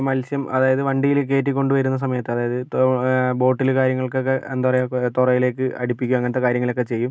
മത്സ്യം അതായത് വണ്ടിയില് കയറ്റി കൊണ്ട് വരുന്ന സമയത്ത് അതായത് ബോട്ടില് കാര്യങ്ങൾക്കൊക്കെ എന്താ പറയുക തുറയിലേക്ക് അടുപ്പിക്കുക അങ്ങനത്തെ കാര്യങ്ങളൊക്കെ ചെയ്യും